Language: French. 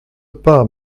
pas